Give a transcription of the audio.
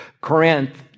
Corinth